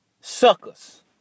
Suckers